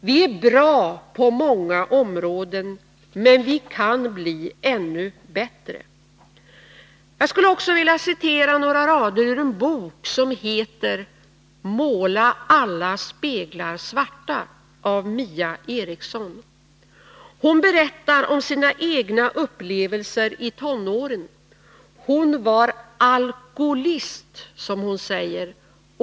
Vi är bra på många områden. Men vi kan bli bättre. Jag skulle vilja citera några rader ur en bok, som heter Måla alla speglar svarta av Mia Eriksson. Hon berättar om sina egna upplevelser i tonåren. Hon var ”alkolist” som hon säger.